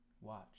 Watch